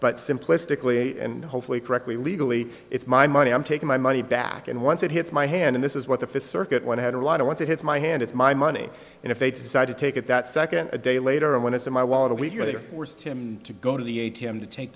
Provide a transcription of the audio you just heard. but simplistically and hopefully correctly legally it's my money i'm taking my money back and once it hits my hand this is what the fifth circuit when had a lot of once it hits my hand it's my money and if they decide to take it that second a day later and when it's in my wallet or we're forced him to go to the a t m to take